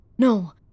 No